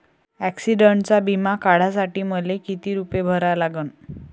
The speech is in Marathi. ॲक्सिडंटचा बिमा काढा साठी मले किती रूपे भरा लागन?